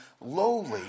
lowly